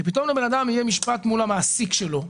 כאשר פתאום לאדם יהיה משפט מול המעסיק שלו.